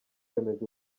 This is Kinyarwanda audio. bemeje